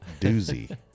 doozy